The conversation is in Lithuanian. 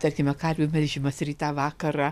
tarkime karvių melžimas rytą vakarą